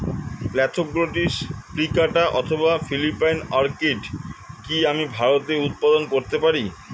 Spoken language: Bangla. স্প্যাথোগ্লটিস প্লিকাটা অথবা ফিলিপাইন অর্কিড কি আমি ভারতে উৎপাদন করতে পারবো?